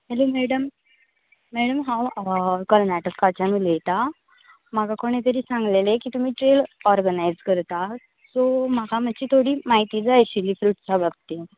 hello madam madam हांव कर्नाटकाच्यान उलयतां म्हाका कोणी तरी सांगलेले की तुमी ट्रेल ऑर्गनायज करता सो म्हाका मात्शी थोडी म्हायती जाय आशिल्ली फ्रुट्सा बाबतींत